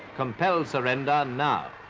compelled surrender now.